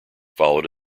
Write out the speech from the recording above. followed